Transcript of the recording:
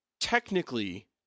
technically